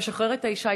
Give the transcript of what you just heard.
שמשחרר את האישה,